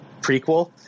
prequel